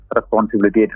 Responsibility